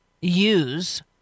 use